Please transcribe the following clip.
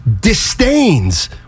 disdains